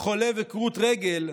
חולה וכרות רגל.